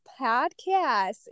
Podcast